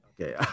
Okay